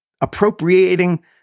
Appropriating